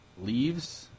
leaves